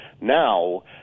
now